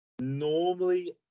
normally